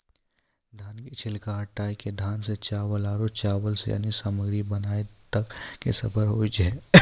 धान के छिलका हटाय कॅ धान सॅ चावल आरो चावल सॅ अन्य सामग्री बनाय तक के सफर होय छै